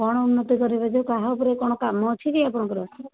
କଣ ଉନ୍ନତି କରିବେ ଯେ କାହା ଉପରେ କଣ କାମ ଅଛି କି ଆପଣଙ୍କର